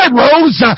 rose